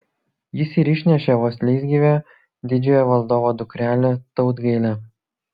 jis ir išnešė vos leisgyvę didžiojo valdovo dukrelę tautgailę